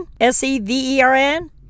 S-E-V-E-R-N